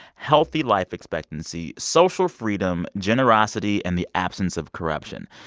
healthy life expectancy, social freedom, generosity and the absence of corruption.